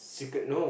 secret no